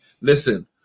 listen